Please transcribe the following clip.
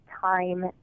time